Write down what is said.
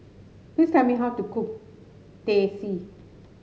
please tell me how to cook Teh C